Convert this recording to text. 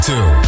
Two